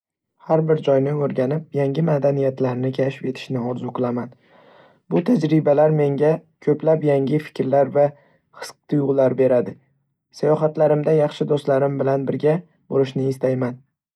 Har bir joyni o'rganib, yangi madaniyatlarni kashf etishni orzu qilaman. Bu tajribalar menga ko'plab yangi fikrlar va his-tuyg'ular beradi. Sayohatlarimda yaxshi do'stlarim bilan birga bo'lishni istayman.